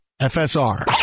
FSR